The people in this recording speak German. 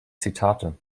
zitate